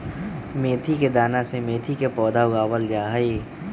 मेथी के दाना से मेथी के पौधा उगावल जाहई